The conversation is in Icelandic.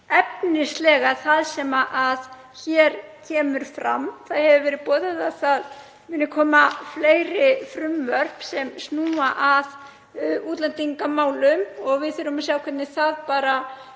efnislega það sem hér kemur fram. Það hefur verið boðað að það muni koma fleiri frumvörp sem snúa að útlendingamálum og við þurfum að sjá hvernig það